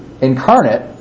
incarnate